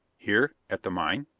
here at the mine?